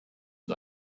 und